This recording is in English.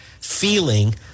feeling